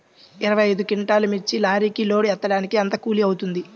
ఇరవై ఐదు క్వింటాల్లు మిర్చి లారీకి లోడ్ ఎత్తడానికి ఎంత కూలి అవుతుంది?